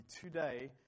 today